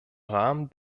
rahmen